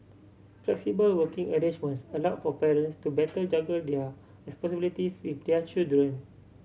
flexible working arrangements allow for parents to better juggle their responsibilities with their children